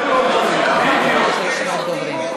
יש דוברים,